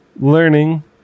learning